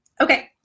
Okay